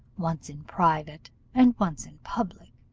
once in private and once in public,